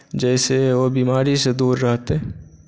जाहिसँ ओ बीमारी से दूर रहतै